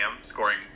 scoring